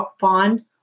bond